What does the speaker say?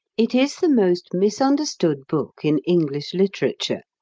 it is the most misunderstood book in english literature,